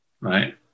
right